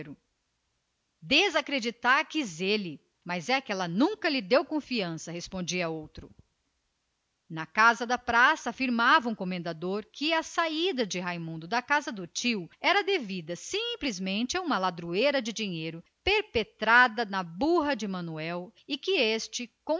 desacreditar quis ele responderam-lhe mas é que ela nunca lhe deu a menor confiança isto sei eu de fonte limpa na casa da praça afirmava um comendador que a saída de raimundo da casa do tio era devida simplesmente a uma ladroeira de dinheiro perpetrada na burra de manuel e que este